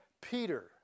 Peter